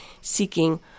seeking